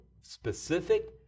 specific